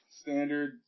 standard